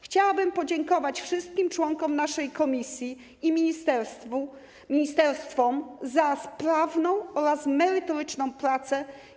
Chciałabym podziękować wszystkim członkom naszej komisji i ministerstwu, ministerstwom za sprawną oraz merytoryczną pracę.